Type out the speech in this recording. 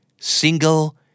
single